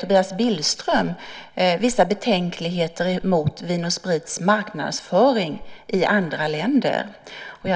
Tobias Billström har jag vissa betänkligheter mot Vin & Sprits marknadsföring i andra länder.